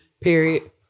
Period